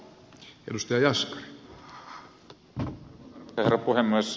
arvoisa herra puhemies